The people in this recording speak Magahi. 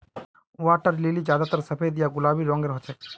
वाटर लिली ज्यादातर सफेद या गुलाबी रंगेर हछेक